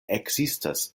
ekzistas